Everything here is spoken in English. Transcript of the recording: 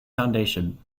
foundation